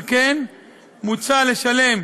על כן, מוצע לשלם,